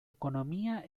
economía